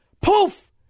Poof